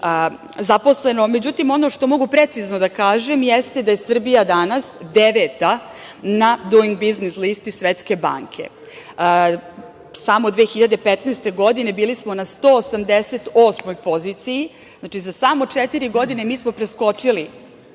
zaposleno.Međutim, ono što mogu precizno da kažem jeste da je Srbija denas deveta na Duing biznis listi Svetske banke. Samo 2015. godine, bili smo na 188 poziciji, znači za samo četiri godine mi smo preskočili